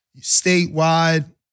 statewide